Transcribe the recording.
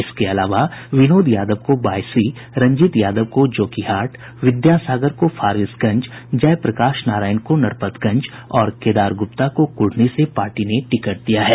इसके अलावा विनोद यादव को बायसी रंजीत यादव को जोकीहाट विद्या सागर को फारबिसगंज जयप्रकाश नारायण को नरपतगंज और केदार गुप्ता को कुढ़नी से पार्टी ने टिकट दिया है